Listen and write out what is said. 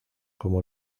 como